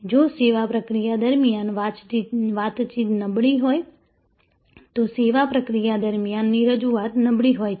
જો સેવા પ્રક્રિયા દરમિયાન વાતચીત નબળી હોય તો સેવા પ્રક્રિયા દરમિયાનની રજૂઆત નબળી હોય છે